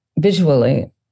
visually